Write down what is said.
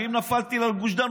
ואם נפל טיל על גוש דן,